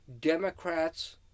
Democrats